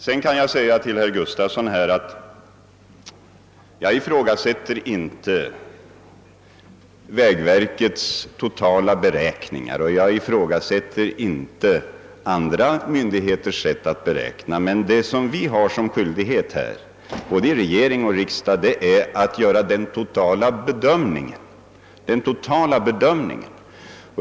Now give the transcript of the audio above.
Till herr Gustafson i Göteborg vill jag säga att jag inte ifrågasätter vägverkets totala beräkningar eller andra myndigheters sätt att beräkna. Men vi har både i regering och riksdag skyldighet att göra den totala bedömningen.